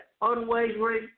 unwavering